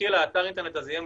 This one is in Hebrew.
מלכתחילה האתר יהיה מונגש,